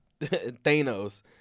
thanos